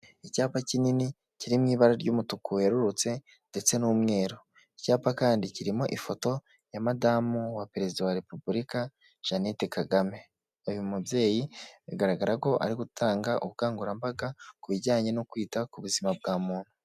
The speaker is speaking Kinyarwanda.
Icyapa kinini kiri mw' ibara ry'umutuku werurrutse ndetse n'umweru, icyapa kandi kirimo ifoto ya madamu wa perezida wa repubulika jeannette kagame, uyu mubyeyi bigaragara ko ari gutanga ubukangurambaga ku bijyanye no kwita ku buzima bwa muntu.